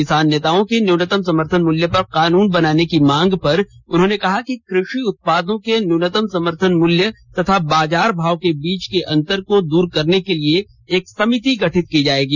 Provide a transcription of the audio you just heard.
किसान नेताओं की न्यूनतम समर्थन मूल्य पर कानून बनाने की मांग पर उन्होंने कहा कि कृषि उत्पादों के न्यूनतम समर्थन मूल्य तथा बाजार भाव के बीच के अंतर को दूर करने के लिए एक समिति गठित की जाएगी